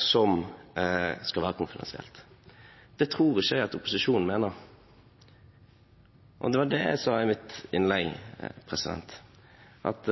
som skal være konfidensiell? Det tror ikke jeg at opposisjonen mener. Det var det jeg sa i mitt innlegg – at